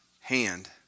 hand